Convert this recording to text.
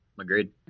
agreed